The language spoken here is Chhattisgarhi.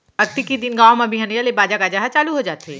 अक्ती के दिन गाँव म बिहनिया ले बाजा गाजा ह चालू हो जाथे